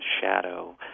shadow